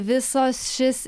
visos šis